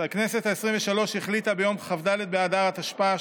הכנסת העשרים-ושלוש החליטה ביום כ"ד באדר התשפ"א,